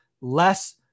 less